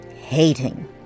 hating